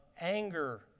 anger